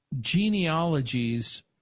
genealogies